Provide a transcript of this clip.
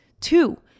Two